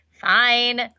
fine